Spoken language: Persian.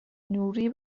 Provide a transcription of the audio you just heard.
نوری